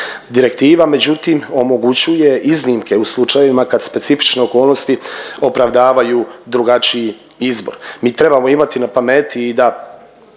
Direktiva međutim omogućuje iznimke u slučajevima kad specifične okolnosti opravdavaju drugačiji izbor. Mi trebao imati na pameti i da